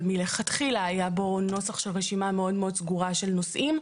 אבל מלכתחילה היה בו נוסח של רשימה מאוד מאוד סגורה של נושאים.